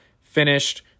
finished